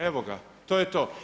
Evo ga, to je to.